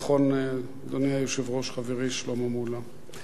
נכון, אדוני היושב-ראש, חברי שלמה מולה.